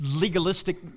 legalistic